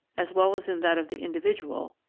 as well as in that of the individual,